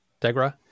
Degra